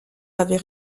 avait